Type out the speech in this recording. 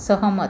सहमत